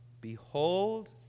Behold